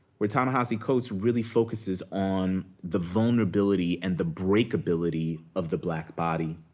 where ta-nehisi coates really focuses on the vulnerability and the breakability of the black body.